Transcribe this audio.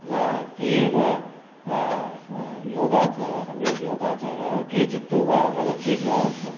एव ते एव योगात् सम्यक् योगाचारः केचित् तु व वदन्ति प्र स्